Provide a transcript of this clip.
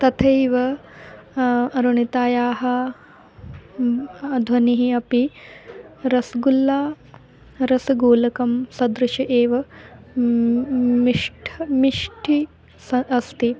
तथैव अरुणितायाः ध्वनिः अपि रस्गुल्ला रसगोलकस्य सदृशम् एव मिष्टं मिष्टं सः अस्ति